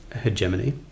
hegemony